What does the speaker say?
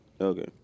Okay